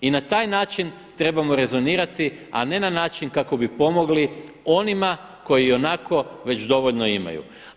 I na taj način trebamo rezonirati a ne na način kako bi pomogli onima koji ionako već dovoljno imaju.